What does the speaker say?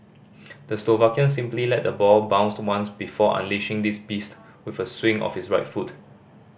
the Slovakian simply let the ball bounced once before unleashing this beast with a swing of his right foot